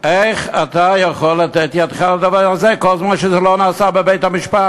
איך אתה יכול לתת ידך לדבר הזה כל זמן שזה לא נעשה בבית-המשפט?